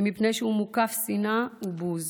אם מפני שהוא מוקף שנאה ובוז,